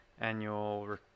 annual